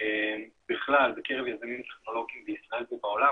בכלל בקרב יזמים טכנולוגיים בישראל ובעולם,